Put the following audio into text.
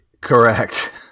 Correct